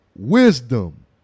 Wisdom